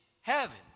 heaven